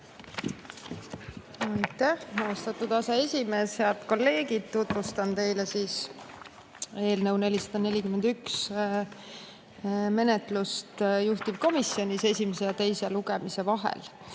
austatud aseesimees! Head kolleegid! Tutvustan teile eelnõu 441 menetlust juhtivkomisjonis esimese ja teise lugemise vahel.